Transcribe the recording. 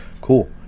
cool